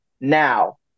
now